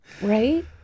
Right